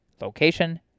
location